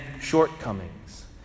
shortcomings